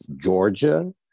Georgia